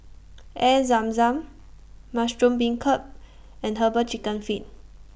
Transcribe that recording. Air Zam Zam Mushroom Beancurd and Herbal Chicken Feet